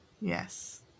Yes